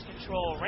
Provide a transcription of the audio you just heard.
control